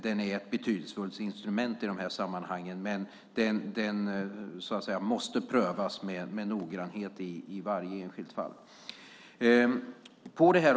Den är ett betydelsefullt instrument i sammanhangen, men den måste prövas med noggrannhet i varje enskilt fall.